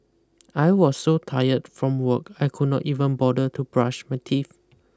I was so tired from work I could not even bother to brush my teeth